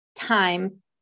time